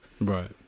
right